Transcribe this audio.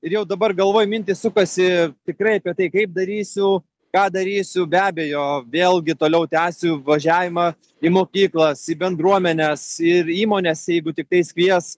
ir jau dabar galvoj mintys sukasi tikrai apie tai kaip darysiu ką darysiu be abejo vėlgi toliau tęsiu važiavimą į mokyklas į bendruomenes ir įmones jeigu tiktai kvies